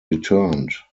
returned